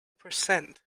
percent